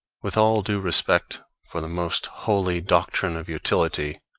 with all due respect for the most holy doctrine of utility,